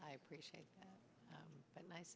i appreciate that nice